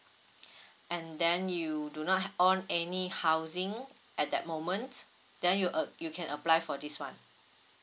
and then you do not own any housing at that moment then you uh you can apply for this one